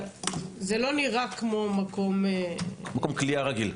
זה לא נראה כמו מקום --- לחלוטין לא.